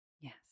Yes